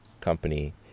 company